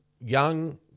young